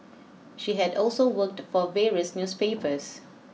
she had also worked for various newspapers